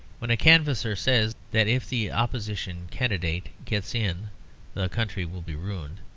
when a canvasser says that if the opposition candidate gets in the country will be ruined,